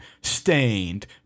stained